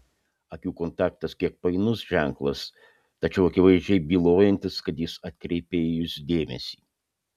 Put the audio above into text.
akių kontaktas kiek painus ženklas tačiau akivaizdžiai bylojantis kad jis atkreipė į jus dėmesį